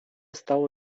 stało